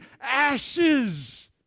ashes